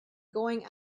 going